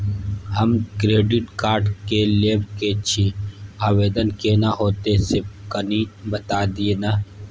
हम debit card लेब के छि, आवेदन केना होतै से कनी बता दिय न?